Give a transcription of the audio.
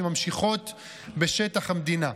שממשיכות בשטח המדינה.